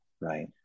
right